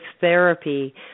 therapy